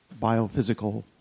biophysical